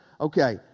Okay